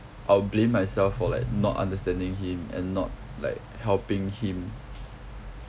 I'll blame myself for like not understanding him and not like helping him